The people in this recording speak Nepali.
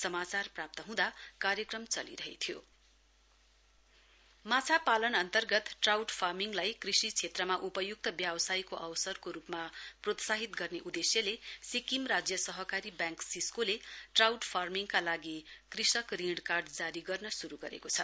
किसान क्रेडिड कार्ड माछा पालन अन्तर्गत ट्राउट फार्मिङलाई कृषि क्षेत्रमा उपय्क्त व्यवसायको अवसरको रूपमा प्रोत्साहित गर्ने उद्देश्यले सिक्किम राज्य सहकारी ब्याङ्क सिस्को ले ट्राउट फार्मिङका लागि कृषक ऋण कार्ड जारी गर्न श्रू गरेको छ